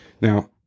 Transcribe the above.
Now